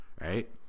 right